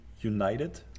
united